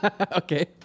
Okay